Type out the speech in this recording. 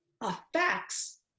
affects